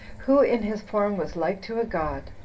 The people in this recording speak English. who in his form was like to a god.